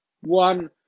One